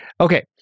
Okay